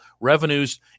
revenues